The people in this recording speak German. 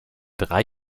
drei